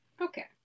Okay